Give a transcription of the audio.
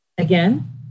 Again